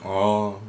orh